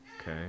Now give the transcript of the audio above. okay